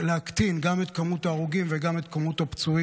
להקטין גם את מספר ההרוגים וגם את מספר הפצועים.